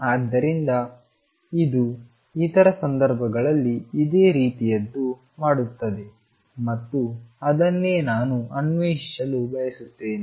ಆದ್ದರಿಂದ ಇದು ಇತರ ಸಂದರ್ಭಗಳಲ್ಲಿ ಇದೇ ರೀತಿಯದ್ದನ್ನು ಮಾಡುತ್ತದೆ ಮತ್ತು ಅದನ್ನೇ ನಾವು ಅನ್ವೇಷಿಸಲು ಬಯಸುತ್ತೇವೆ